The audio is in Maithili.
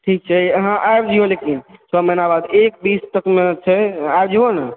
ठीक छै अहाँ आबि जइयो लेकिन छओ महिना बाद एक बीस तकमे छै आबि जइयो ने